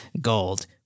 gold